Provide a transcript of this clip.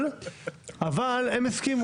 אבל הם הסכימו.